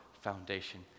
foundation